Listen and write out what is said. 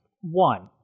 One